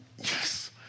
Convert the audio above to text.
yes